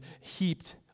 heaped